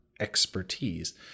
expertise